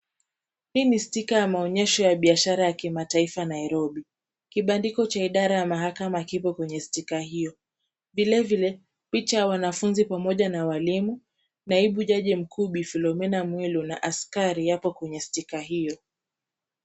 Hii ni stika ya maonyesho ya biashara ya kimataifa Nairobi ,kibandiko cha idara ya mahakama kipo kwenye stika hiyo. Vilevile picha ya wanafunzi pamoja na walimu ,naibu jaji mkuu Bi. Philomena Mwilu na askari ipo kwenye stika hiyo.